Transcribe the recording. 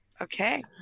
Okay